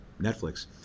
Netflix